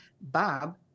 Bob